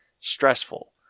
stressful